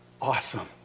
awesome